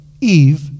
Eve